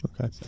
Okay